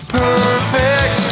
perfect